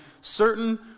certain